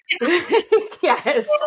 Yes